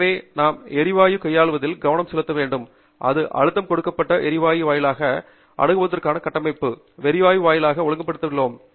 எனவே நாம் எரிவாயு பாட்டில் கையாள்வதில் கவனம் செலுத்தும் போது இது அழுத்தம் கொடுக்கப்பட்ட எரிவாயு வாயிலாகவும் வாயுவை அணுகுவதற்குமான கட்டமைப்பாகவும் எரிவாயு வாயிலாக ஒழுங்குபடுத்தியுள்ளோம்